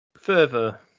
further